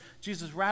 Jesus